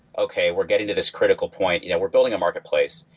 okay. we're getting to this critical point you know we're building a marketplace.